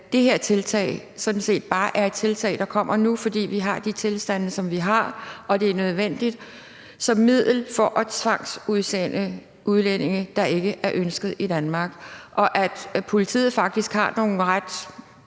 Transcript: at det her tiltag sådan set bare er et tiltag, der kommer nu, fordi vi har de tilstande, som vi har, og fordi det er nødvendigt som middel til at tvangsudsende udlændinge, som ikke er ønsket i Danmark. Politiet har faktisk – det